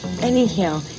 Anyhow